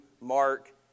Mark